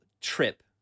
trip